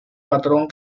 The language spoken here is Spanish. patrón